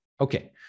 Okay